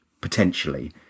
potentially